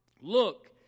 Look